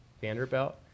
vanderbilt